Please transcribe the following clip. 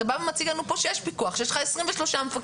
אתה מציג לנו שיש פיקוח, שיש לך 23 מפקחים.